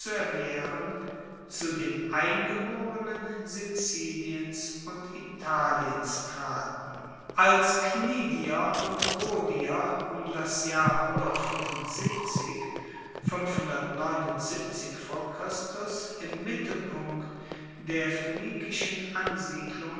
erwehren zu den eingeborenen siziliens und italiens traten als knidier und rhodier um das jahr im mittelpunkt der phoenikischen ansiedlungen